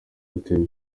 yatewe